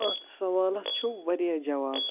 اَتھ سوالَس چھِ واریاہ جواب